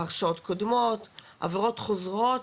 הרשעות קודמות, עבירות חוזרות,